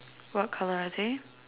what colour are they